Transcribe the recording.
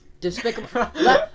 Despicable